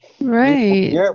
Right